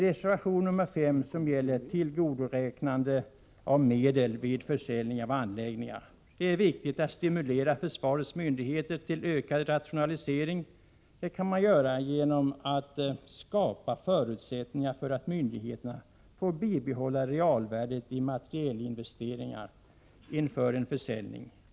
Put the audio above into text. Reservation 5 gäller tillgodoräknande av medel vid försäljning av anläggningar. Det är viktigt att stimulera försvarets myndigheter till ökad rationalisering. Det kan man göra genom att skapa förutsättningar för myndigheterna att vid en försäljning få behålla realvärdet i materielinvesteringar.